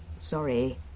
Sorry